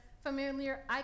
familiar